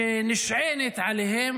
שנשענת עליהם